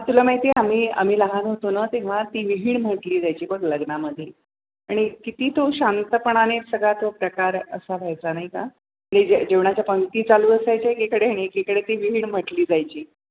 तुला माहिती आहे आम्ही आम्ही लहान होतो ना तेव्हा ती विहीण म्हटली जायची बघ लग्नामध्ये आणि किती तो शांतपणाने सगळा तो प्रकार असा व्हायचा नाही का की जेव जेवणाच्या पंगती चालू असायच्या एकीकडे आणि एकीकडे ती विहीण म्हटली जायची